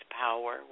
power